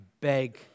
beg